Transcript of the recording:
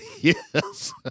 Yes